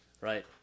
Right